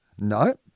No